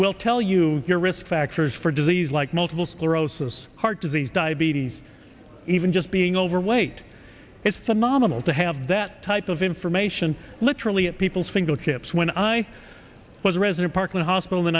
will tell you your risk factors for disease like multiple sclerosis heart disease diabetes even just being overweight it's phenomenal to have that type of information literally at people's fingertips when i was a resident parklane hospital the